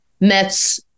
Mets